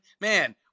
man